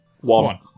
One